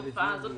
התופעה הזאת,